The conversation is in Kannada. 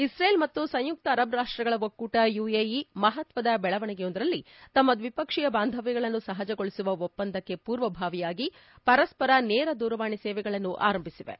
ಇಸ್ರೇಲ್ ಮತ್ತು ಸಂಯುಕ್ತ ಅರಬ್ ರಾಷ್ಟ್ಗಳ ಒಕ್ಕೂ ಟ ಯುಎಇ ಮಹತ್ವದ ಬೆಳವಣಿಗೆಯೊಂದರಲ್ಲಿ ತಮ್ಮ ದ್ವಿಪಕ್ಷೀಯ ಬಾಂಧವ್ಯಗಳನ್ನು ಸಹಜಗೊಳಿಸುವ ಒಪ್ಪಂದಕ್ಕೆ ಪೂರ್ವಭಾವಿಯಾಗಿ ಪರಸ್ಸರ ನೇರ ದೂರವಾಣಿ ಸೇವೆಗಳನ್ನು ಆರಂಭಿಸಿವೆ